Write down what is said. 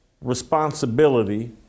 responsibility